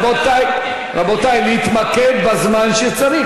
רבותי, רבותי, להתמקד בזמן שצריך.